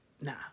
Nah